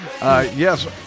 Yes